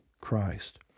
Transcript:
Christ